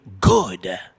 good